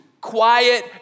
quiet